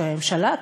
ראש הממשלה.